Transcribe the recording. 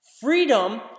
freedom